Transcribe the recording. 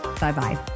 Bye-bye